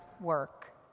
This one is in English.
work